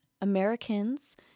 Americans